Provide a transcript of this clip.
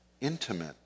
intimate